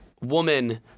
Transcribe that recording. woman